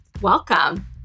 Welcome